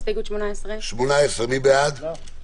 הסתייגות מס' 12. מי בעד ההסתייגות?